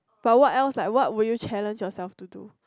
but what else like what would you challenge yourself to do